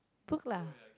book lah